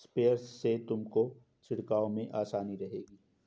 sprayer से तुमको छिड़काव में आसानी रहेगी